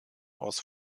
aus